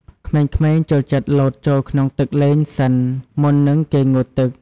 ក្មេងៗចូលចិត្តលោតចូលក្នុងទឹកលេងសិន មុននឹងគេងូតទឹក។